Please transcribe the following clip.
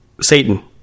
Satan